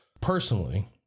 personally